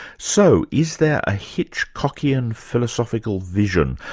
so, is there a hitchcockean philosophical vision,